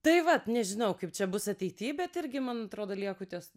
tai vat nežinau kaip čia bus ateity bet irgi man atrodo lieku ties